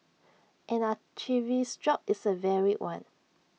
an archivist's job is A varied one